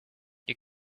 you